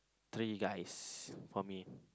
three guys for me